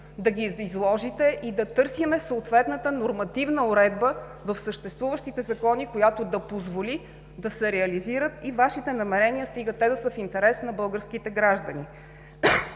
да ги изложите и да търсим съответната нормативна уредба в съществуващите закони, която да позволи да се реализират и Вашите намерения, стига те да са в интерес на българските граждани.